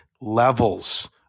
levels